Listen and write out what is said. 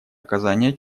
оказания